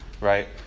right